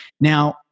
Now